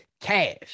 cash